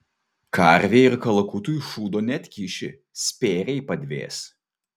karvei ir kalakutui šūdo neatkiši spėriai padvės